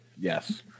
yes